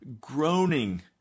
groaning